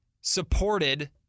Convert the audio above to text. supported